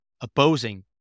opposing